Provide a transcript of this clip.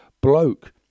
bloke